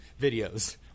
videos